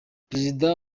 perezida